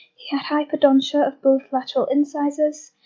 he had hypodontia of both lateral incisors,